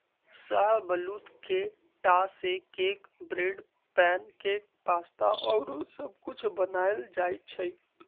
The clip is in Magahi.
शाहबलूत के टा से cake, bread, pancake, pasta आउरो सब कुछ बनायल जाइ छइ